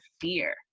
fear